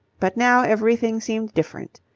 but now everything seemed different.